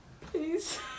please